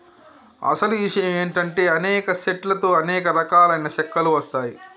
అసలు ఇషయం ఏంటంటే అనేక సెట్ల తో అనేక రకాలైన సెక్కలు వస్తాయి